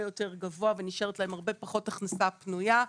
יותר גבוה ונשארת להם הרבה פחות הכנסה פנויה.